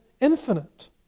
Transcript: infinite